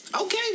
Okay